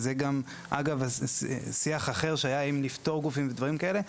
זה גם שיח אחר שהיה האם לפטור גופים ודברים כאלה.